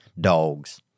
dogs